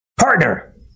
partner